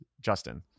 justin